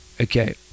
Okay